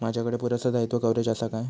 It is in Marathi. माजाकडे पुरासा दाईत्वा कव्हारेज असा काय?